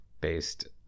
based